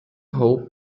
hoped